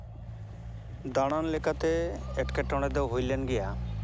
ᱫᱟᱬᱟᱱ ᱞᱮᱠᱟᱛᱮ ᱮᱴᱠᱮᱴᱚᱬᱮ ᱫᱚ ᱦᱩᱭᱞᱮᱱ ᱜᱮᱭᱟ